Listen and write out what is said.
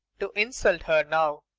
to iusult her now!